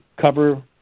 cover